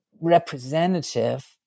representative